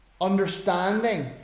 understanding